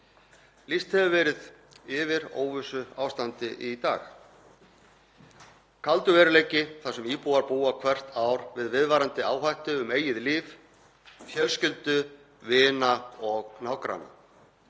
Lýst hefur verið yfir óvissuástandi í dag. Kaldur veruleiki þar sem íbúar búa hvert ár við viðvarandi áhættu um eigið líf, fjölskyldu, vina og nágranna.